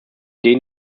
denen